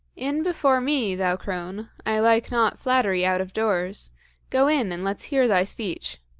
in before me, thou crone i like not flattery out of doors go in and let's hear thy speech.